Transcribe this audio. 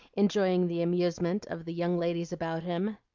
enjoying the amusement of the young ladies about him.